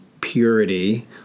purity